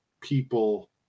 people